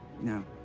No